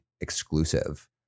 exclusive